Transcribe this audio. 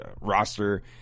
roster